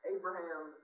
Abraham